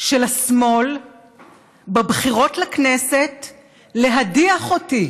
של השמאל בבחירות לכנסת להדיח אותי.